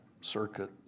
circuit